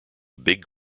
big